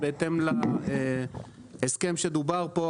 בהתאם להסכם שדובר פה,